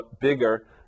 bigger